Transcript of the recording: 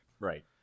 Right